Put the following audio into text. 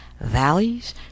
valleys